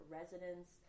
residents